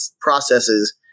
processes